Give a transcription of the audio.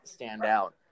standout